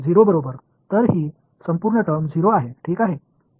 0 बरोबर तर ही संपूर्ण टर्म 0 आहे ठीक आहे